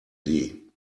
sie